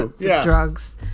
drugs